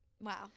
wow